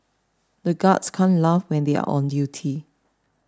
the guards can't laugh when they are on duty